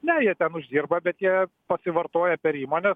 ne jie uždirba bet jie pasivartoja per įmones